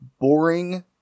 boring